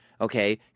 okay